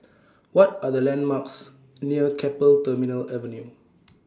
What Are The landmarks near Keppel Terminal Avenue